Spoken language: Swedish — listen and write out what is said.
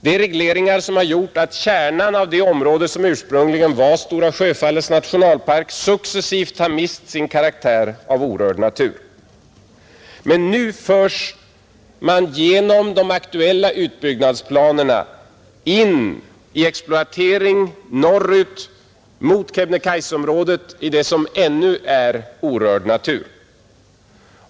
Det är regleringar som gjort att kärnan av det område som ursprungligen var Stora Sjöfallets nationalpark successivt mist sin karaktär av orörd natur. Men nu förs man genom de aktuella utbyggnadsplanerna in i exploatering norrut mot Kebnekajseområdet i det som ännu är orörd natur.